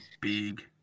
big